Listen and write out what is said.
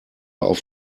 auf